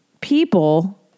people